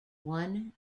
one